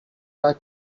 your